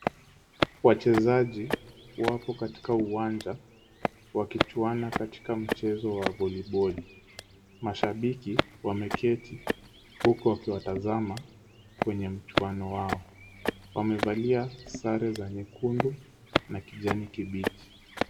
Wachezaji wapo katika uwanja wakichuana katika mchezo wa voliboli. Mashabiki wameketi huku wakiwatazama kwenye mchuano wao. Wamevalia sare za nyekundu na kijani kibichi.